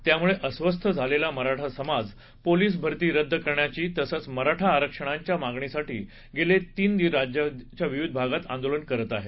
यामुळे अस्वस्थ झालेला मराठा समाज पोलीस भरती रद्द करण्याची तसंच मराठा आरक्षणांच्या मागणीसाठी गेले तीन राज्याच्या विविध भागात आंदोलनं करत आहेत